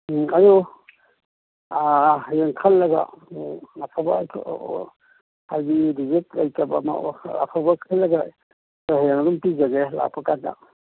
ꯎꯝ ꯑꯗꯨ ꯍꯌꯦꯡ ꯈꯜꯂꯒ ꯑꯐꯕꯗꯣ ꯍꯥꯏꯗꯤ ꯔꯤꯖꯦꯛ ꯂꯩꯇꯕ ꯑꯃ ꯑꯐꯕ ꯈꯜꯂꯒ ꯍꯌꯦꯡ ꯑꯗꯨꯝ ꯄꯤꯖꯒꯦ ꯂꯥꯛꯄꯀꯥꯟꯗ